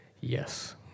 Yes